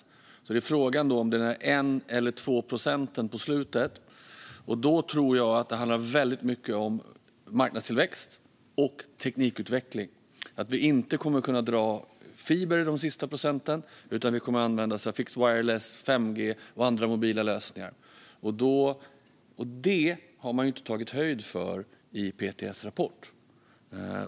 Frågan gäller alltså dessa 1 eller 2 procent på slutet, och då tror jag att det handlar väldigt mycket om marknadstillväxt och teknikutveckling. Vi kommer inte att kunna dra fiber för de sista procenten, utan vi kommer att använda fixed wireless, 5G och andra mobila lösningar. Det har man inte tagit höjd för i PTS rapport.